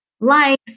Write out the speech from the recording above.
likes